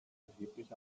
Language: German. erheblich